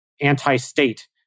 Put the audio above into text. anti-state